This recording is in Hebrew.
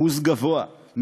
אחוז גבוה,